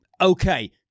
okay